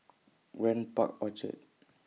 Grand Park Orchard